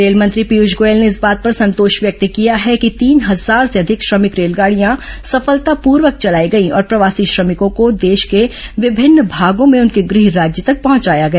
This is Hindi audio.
रेल मंत्री पीयूष गोयल ने इस बात पर संतोष व्यक्त किया है कि तीन हजार से अधिक श्रमिक रेलगांडियां सफलतापूर्वक चलाई गयीं और प्रवासी श्रमिकों को देश के विभिन्न भागों में उनके गृह राज्य तक पहुंचाया गया